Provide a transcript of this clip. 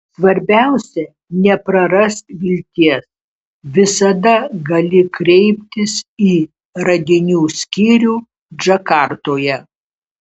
svarbiausia neprarask vilties visada gali kreiptis į radinių skyrių džakartoje